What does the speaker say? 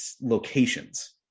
locations –